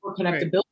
connectability